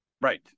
Right